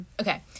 Okay